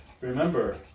Remember